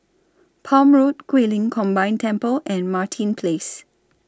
Palm Road Guilin Combined Temple and Martin Place